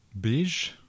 Beige